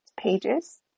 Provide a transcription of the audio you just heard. pages